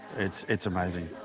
it's it's amazing.